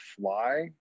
fly